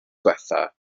ddiwethaf